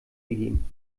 gegeben